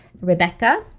Rebecca